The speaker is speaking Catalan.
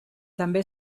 també